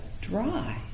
dry